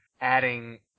adding